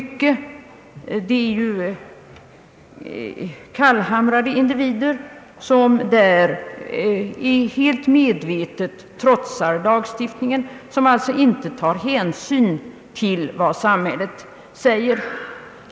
Det gäller ju kallhamrade individer, som helt medvetet trotsar lagstiftningen och som alltså inte tar hänsyn till vad samhället säger.